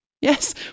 Yes